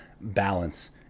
balance